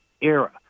era